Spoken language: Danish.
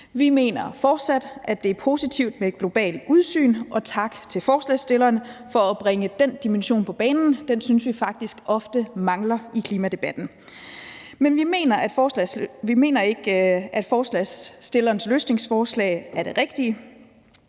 Vi mener fortsat, at det er positivt med et globalt udsyn, og tak til forslagsstillerne for at bringe den dimension på banen. Den synes vi faktisk ofte mangler i klimadebatten, men vi mener ikke, at forslagsstillernes løsningsforslag er det rigtige.